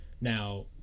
Now